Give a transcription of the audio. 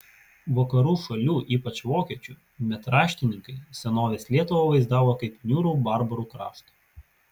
vakarų šalių ypač vokiečių metraštininkai senovės lietuvą vaizdavo kaip niūrų barbarų kraštą